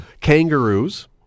Kangaroos